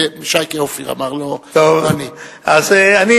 זה שייקה אופיר אמר לו, לא אני.